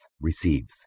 receives